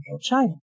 China